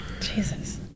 Jesus